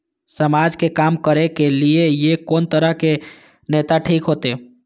समाज के काम करें के ली ये कोन तरह के नेता ठीक होते?